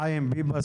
חיים ביבס,